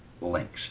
links